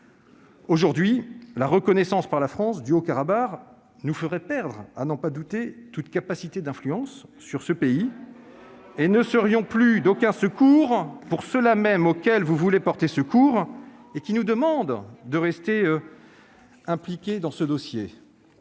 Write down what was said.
Aujourd'hui, la reconnaissance par la France du Haut-Karabagh nous ferait perdre, à n'en pas douter, toute capacité d'influence sur ce pays et nous ne serions plus d'aucune aide pour ceux-là mêmes auxquels vous voulez porter secours et qui nous demandent de rester impliqués dans ce dossier.